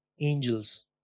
angels